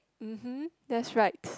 mmhmm that's right